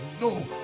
no